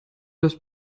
das